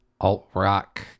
alt-rock